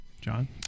John